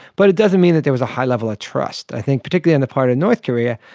but it doesn't mean that there was a high level of trust. i think particularly on the part of north korea,